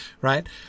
right